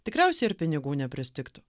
tikriausiai ir pinigų nepristigtų